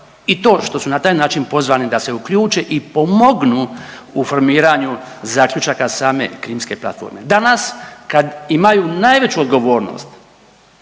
i to što na taj način pozvani da se uključe i pomognu u formiranju zaključaka same Krimske platforme. Danas kad imaju najveću odgovornost,